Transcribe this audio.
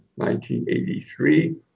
1983